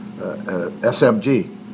SMG